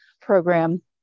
program